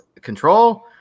Control